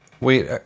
Wait